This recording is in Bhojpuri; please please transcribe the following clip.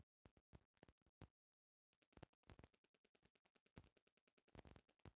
कंसेशनल लोन कवनो संस्था के कर्मचारी के देवे वाला लोन ह